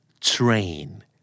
train